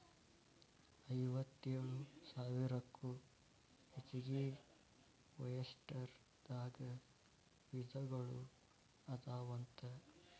ಐವತ್ತೇಳು ಸಾವಿರಕ್ಕೂ ಹೆಚಗಿ ಒಯಸ್ಟರ್ ದಾಗ ವಿಧಗಳು ಅದಾವಂತ